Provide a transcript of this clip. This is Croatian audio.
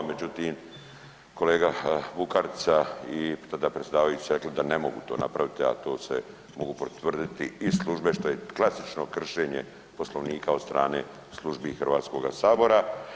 Međutim, kolega Bukarica i tada predsjedavajući su rekli da ne mogu to napraviti, a to mogu potvrditi i službe što je klasično kršenje Poslovnika od strane službi Hrvatskoga sabora.